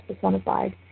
personified